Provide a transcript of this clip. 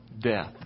death